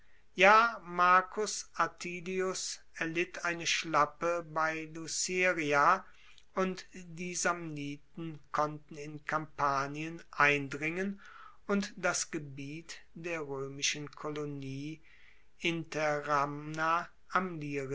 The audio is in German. ja marcus atilius erlitt eine schlappe bei luceria und die samniten konnten in kampanien eindringen und das gebiet der roemischen kolonie interamna am